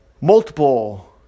multiple